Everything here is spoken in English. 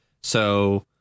so-